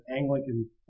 Anglican